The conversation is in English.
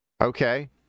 Okay